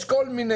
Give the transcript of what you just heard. יש כל מיני.